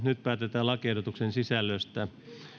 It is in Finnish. nyt päätetään lakiehdotuksen sisällöstä